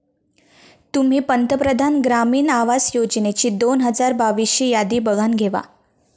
तुम्ही पंतप्रधान ग्रामीण आवास योजनेची दोन हजार बावीस ची यादी बघानं घेवा